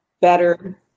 better